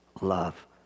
love